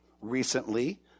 recently